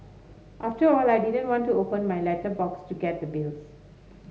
after all I like didn't want to open my letterbox to get the bills